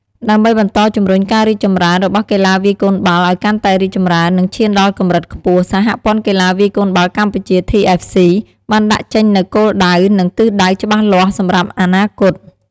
ដើម្បីបន្តជំរុញការរីកចម្រើនរបស់កីឡាវាយកូនបាល់ឱ្យកាន់តែរីកចម្រើន និងឈានដល់កម្រិតខ្ពស់ សហព័ន្ធកីឡាវាយកូនបាល់កម្ពុជា TFC បានដាក់ចេញនូវគោលដៅ និងទិសដៅច្បាស់លាស់សម្រាប់អនាគត។